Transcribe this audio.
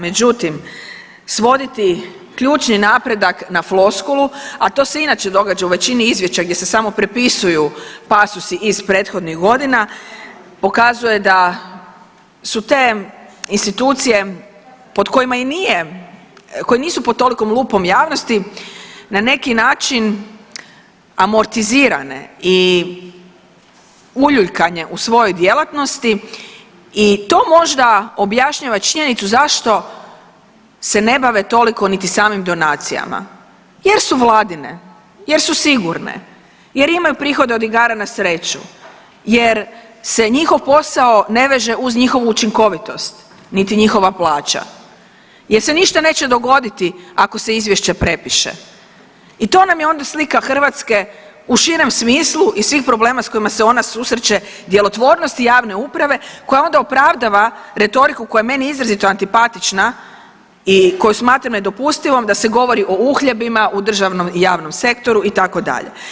Međutim, svoditi ključni napredak na floskulu, a to se inače događa u većini izvješća gdje se samo prepisuju pasusi iz prethodnih godina, pokazuje da su te institucije pod kojima i nije, koje nisu pod toliko lupom javnosti, na neki način amortizirane i uljuljkane u svojoj djelatnosti i to možda objašnjava činjenicu zašto se ne bave toliko niti samim donacijama jer su Vladine, jer su sigurne, jer imaju prihod od igara na sreću, jer se njihov posao ne veže iz njihovu učinkovitost niti njihova plaća jer se ništa neće dogoditi ako se izvješće prepiše i to nam je onda slika Hrvatske u širem smislu i svih problema s kojima se ona susreće, djelotvornosti javne uprave koja onda opravdava retoriku koja je meni izrazito antipatična i koju smatram nedopustivom da se govori o uhljebima u državnom i javnom sektoru, itd.